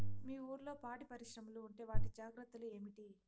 మీ ఊర్లలో పాడి పరిశ్రమలు ఉంటే వాటి జాగ్రత్తలు ఏమిటి